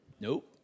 Nope